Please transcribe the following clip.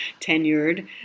tenured